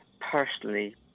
personally